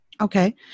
Okay